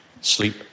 sleep